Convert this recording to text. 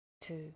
two